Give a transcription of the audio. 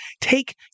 take